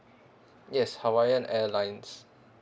yes hawaiian airlines